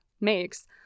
makes